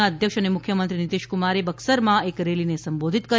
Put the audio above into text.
ના અધ્યક્ષ અને મુખ્યમંત્રી નીતિશકુમારે બક્સરમાં એક રેલીને સંબોધિત કરી